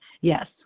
Yes